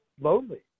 lonely